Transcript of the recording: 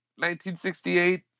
1968